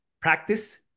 practice